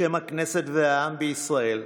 בשם הכנסת והעם בישראל,